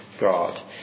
God